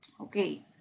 Okay